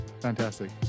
fantastic